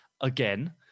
again